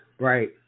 right